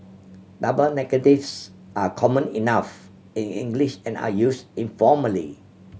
double negatives are common enough in English and are use informally